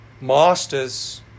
masters